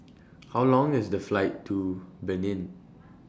How Long IS The Flight to Benin